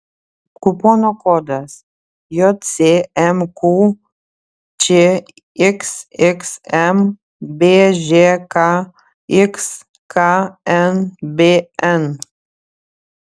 kupono kodas jcmq čxxm bžkx knbn